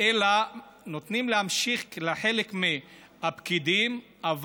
אלא נותנים לחלק מהפקידים להמשיך.